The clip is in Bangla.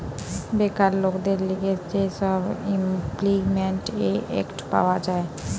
বেকার লোকদের লিগে যে সব ইমল্পিমেন্ট এক্ট পাওয়া যায়